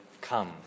come